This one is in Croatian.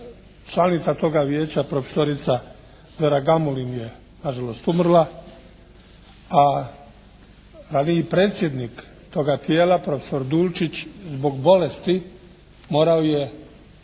Članica toga vijeća profesorica Vera Gamulin je nažalost umrla ali i predsjednik toga tijela profesor Dulčić zbog bolesti morao je zamoliti